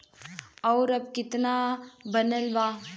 और अब कितना बनल बा?